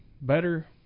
better